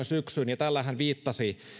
syksyyn ja tällä hän viittasi